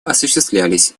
осуществлялись